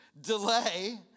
delay